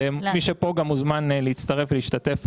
וגם מי שפה, מוזמן להצטרף ולהשתתף.